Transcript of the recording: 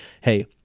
Hey